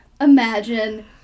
imagine